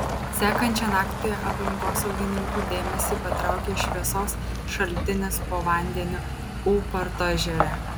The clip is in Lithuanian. sekančią naktį aplinkosaugininkų dėmesį patraukė šviesos šaltinis po vandeniu ūparto ežere